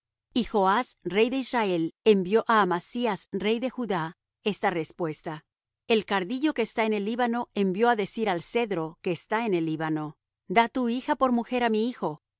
y joas rey de israel envió á amasías rey de judá esta respuesta el cardillo que está en el líbano envió á decir al cedro que está en el líbano da tu hija por mujer á mi hijo